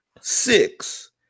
six